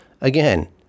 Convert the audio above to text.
Again